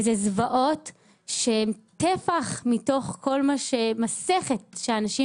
וזה זוועות שהם טפח מכל המסכת שאנשים